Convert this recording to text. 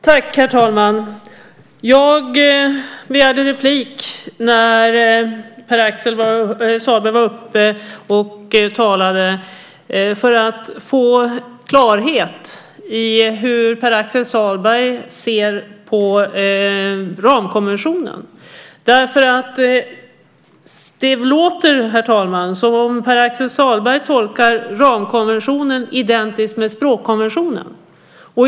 Herr talman! Jag begärde replik när Pär Axel Sahlberg var uppe och talade för att få klarhet i hur Pär Axel Sahlberg ser på ramkonventionen. Det låter, herr talman, som om Pär Axel Sahlberg tolkar den som om ramkonventionen vore identisk med språkkonventionen.